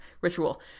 ritual